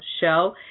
show